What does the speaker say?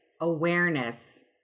awareness